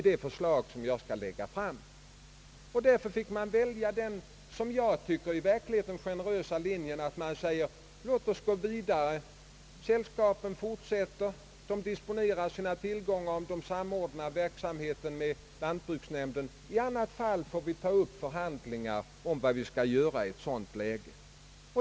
Därför fick man välja den i mitt tycke generösa linjen att man sade: låt hushållningssällskapen fortsätta sin verksamhet, de disponerar sina tillgångar och kan samordna sin verksamhet med lantbruksnämndernas — i annat fall får vi ta upp förhandlingar om vad som skall göras.